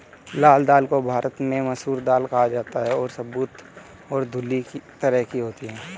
लाल दाल को भारत में मसूर दाल कहा जाता है और साबूत और धुली दो तरह की होती है